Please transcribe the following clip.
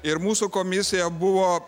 ir mūsų komisija buvo